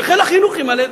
שחיל החינוך ימלא,